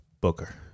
Booker